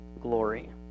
glory